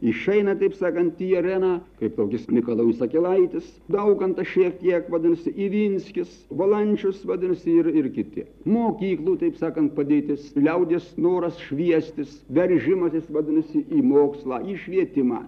išeina taip sakant į areną kaip tokis mikalojus akelaitis daukantas šiek tiek vadinasi ivinskis valančius vadinasi ir ir kiti mokyklų taip sakant padėtis liaudies noras šviestis veržimasis vadinasi į mokslą į švietimą